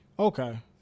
okay